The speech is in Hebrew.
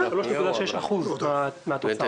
3.6% מהתוצר.